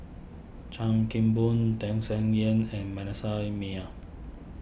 Chan Kim Boon Tham Sien Yen and Manasseh Meyer